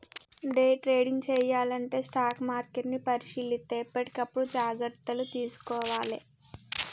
day trading చెయ్యాలంటే stock మార్కెట్ని పరిశీలిత్తా ఎప్పటికప్పుడు జాగర్తలు తీసుకోవాలే